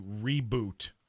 reboot